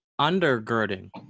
undergirding